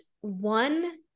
One